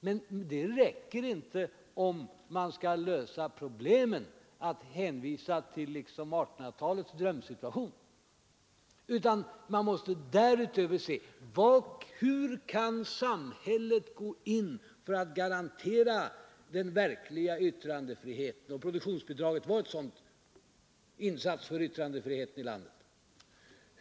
Men om man skall lösa problemen räcker det inte att hänvisa till 1800-talets drömsituation, utan man måste därutöver undersöka hur samhället kan träda in för att garantera den verkliga yttrandefriheten — och produktionsbidraget var en sådan insats för yttrandefriheten i vårt land.